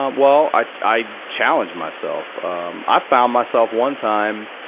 um well, i, i challenge myself. um, i found myself one time,